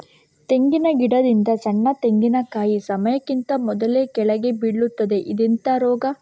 ತೆಂಗಿನ ಗಿಡದಿಂದ ಸಣ್ಣ ತೆಂಗಿನಕಾಯಿ ಸಮಯಕ್ಕಿಂತ ಮೊದಲೇ ಕೆಳಗೆ ಬೀಳುತ್ತದೆ ಇದೆಂತ ರೋಗ?